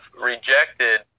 rejected